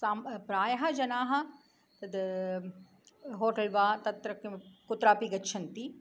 साम्ब् प्रायः जनाः तद् होटेल् वा तत्र किम् कुत्रापि गच्छन्ति